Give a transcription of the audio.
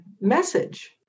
message